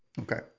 Okay